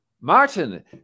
Martin